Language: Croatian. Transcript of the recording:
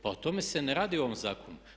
Pa o tome se ne radi u ovom zakonu.